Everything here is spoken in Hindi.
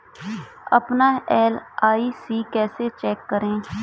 अपना एल.आई.सी कैसे चेक करें?